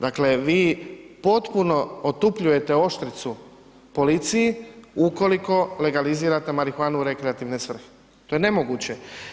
Dakle, vi potpuno otupljujete oštricu policiji ukoliko legalizirate marihuanu u rekreativne svrhe, to je nemoguće.